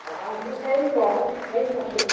ଆଉ ମୁଁ ଯାଇକି ପହଞ୍ଚିବି ଏଇ ସନ୍ଧ୍ୟାରେ